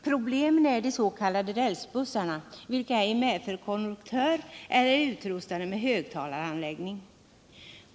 Problemen är rälsbussarna, vilka ej medför konduktör eller är utrustade med högtalaranläggning.